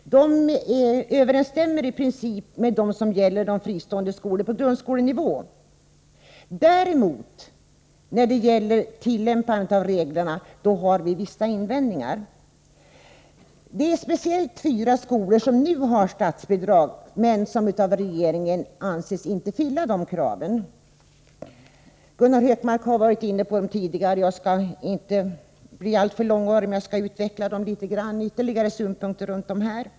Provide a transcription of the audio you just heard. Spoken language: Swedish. De överensstämmer i princip med de regler som gäller fristående skolor på grundskolenivå. Däremot har vi vissa invändningar när det gäller tillämpningen av reglerna. Det är speciellt fyra skolor som nu har statsbidrag, som av regeringen inte anses fylla kraven. Gunnar Hökmark har talat om dem tidigare. Jag skallinte uppehålla mig så länge vid detta, men jag vill anlägga ytterligare några synpunkter på dessa skolor.